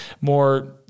more